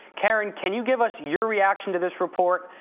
karen, can you give us your reaction to this report?